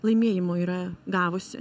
laimėjimų yra gavusi